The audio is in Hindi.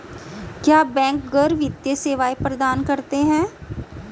क्या बैंक गैर वित्तीय सेवाएं प्रदान करते हैं?